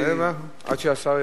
אדוני השר.